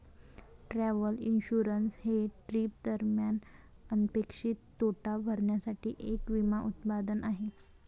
travel insurance हे trip दरम्यान अनपेक्षित तोटा भरण्यासाठी एक विमा उत्पादन आहे